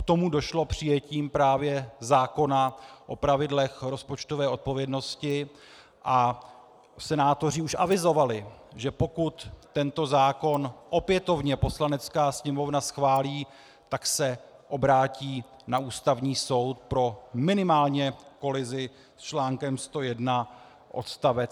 K tomu došlo přijetím právě zákona o pravidlech rozpočtové odpovědnosti a senátoři už avizovali, že pokud tento zákon opětovně Poslanecká sněmovna schválí, tak se obrátí na Ústavní soud pro minimálně kolizi s článkem 101 odst.